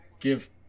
Give